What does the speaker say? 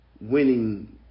winning